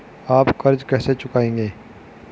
आप कर्ज कैसे चुकाएंगे?